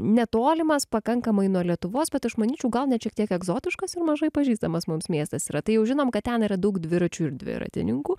netolimas pakankamai nuo lietuvos bet aš manyčiau gal net šiek tiek egzotiškas ir mažai pažįstamas mums miestas yra tai jau žinom kad ten yra daug dviračių ir dviratininkų